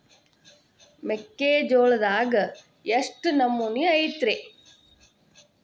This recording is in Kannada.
ಮೆಕ್ಕಿಜೋಳದಾಗ ಎಷ್ಟು ನಮೂನಿ ಐತ್ರೇ?